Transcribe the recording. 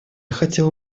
хотела